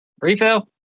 Refill